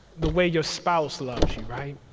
the way your spouse loves you, right?